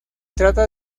trata